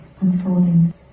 Unfolding